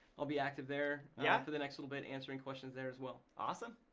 i'll be active there yeah for the next little bit answering questions there as well. awesome,